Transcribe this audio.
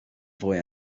fwy